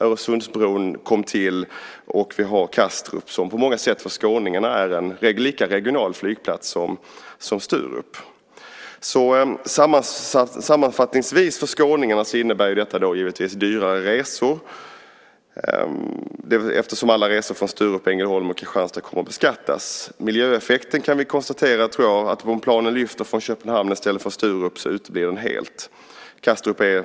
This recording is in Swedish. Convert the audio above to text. Öresundsbron har tillkommit, och vi har Kastrup - som för skåningarna på många sätt är en lika regional flygplats som Sturup. Sammanfattningsvis för skåningarna innebär detta givetvis dyrare resor, eftersom alla resor från Sturup, Ängelholm och Kristianstad kommer att beskattas. Vi kan konstatera att om planen lyfter från Köpenhamn i stället för Sturup uteblir miljöeffekten helt.